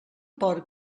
porc